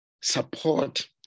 support